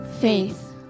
faith